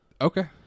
Okay